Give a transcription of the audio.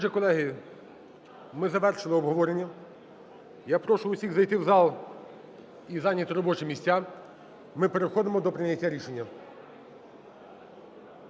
Отже, колеги, ми завершили обговорення. Я прошу усіх зайти в зал і зайняти робочі місця. Ми переходимо до прийняття рішення.